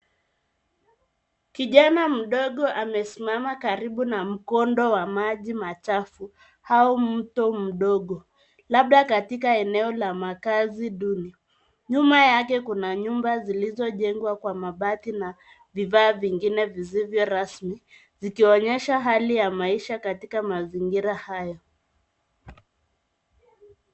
Kijana mdogo amesimama karibu na mkondo wa maji machafu au mto mdogo labda katika eneo la makaazi duni. Nyuma yake kuna nyumba zilizojengwa kwa mabati na vifaa vingine visivyo rasmi zikiwaonyesha hali ya maisha katika mazingira haya.